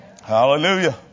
Hallelujah